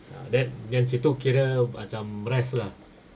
ah then then situ kira macam rest lah